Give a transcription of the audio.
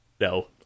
No